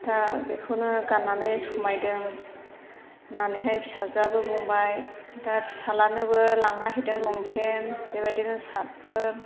दा बेखौनो गाननानै समायदों होननानैहाय फिसाजोआबो बुंबाय दा फिसाज्लानोबो लांना हैदों लंपेन्ट बेबायदिनो सार्टफोर